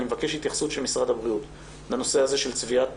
אני מבקש התייחסות של משרד הבריאות לנושא הזה של צביעת